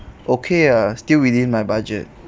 okay ah still within my budget